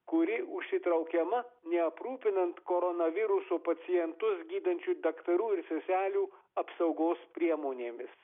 kuri užsitraukiama neaprūpinant koronaviruso pacientus gydančių daktarų ir seselių apsaugos priemonėmis